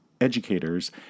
educators